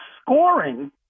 scoring